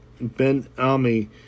Ben-Ami